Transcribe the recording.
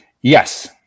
Yes